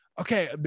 okay